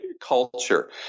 culture